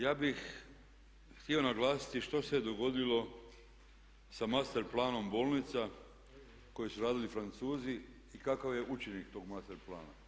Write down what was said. Ja bih htio naglasiti što se dogodilo sa master planom bolnica koji su radili Francuzi i kakav je učinak tog master plana.